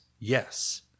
Yes